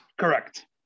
Correct